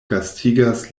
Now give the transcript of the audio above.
gastigas